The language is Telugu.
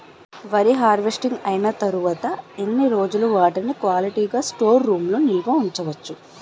వరి హార్వెస్టింగ్ అయినా తరువత ఎన్ని రోజులు వాటిని క్వాలిటీ గ స్టోర్ రూమ్ లొ నిల్వ ఉంచ వచ్చు?